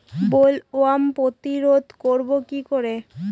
Bollworm প্রতিরোধ করব কি করে?